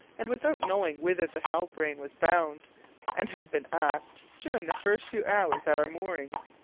and without knowing whither the halbrane was bound and had been asked during the first few hours at our moorings,